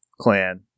Clan